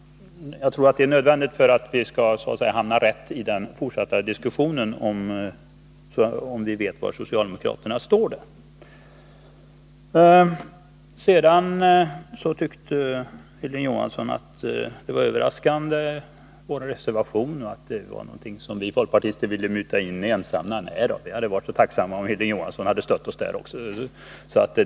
Jag tror att det är nödvändigt, för att vi skall så att säga hamna rätt i den fortsatta diskussionen, att vi vet var socialdemokraterna står. Sedan tyckte Hilding Johansson att vår reservation var överraskande och att den gällde ett område som vi folkpartister ville vara ensamma om att muta in. Nej då, vi hade varit så tacksamma om Hilding Johansson hade stött oss.